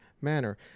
manner